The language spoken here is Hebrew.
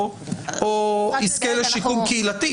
או יזכה לשיקום קהילתי.